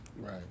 Right